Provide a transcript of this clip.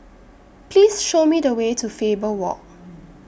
Please Show Me The Way to Faber Walk